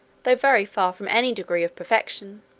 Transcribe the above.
though very far from any degree of perfection.